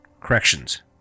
corrections